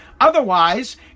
Otherwise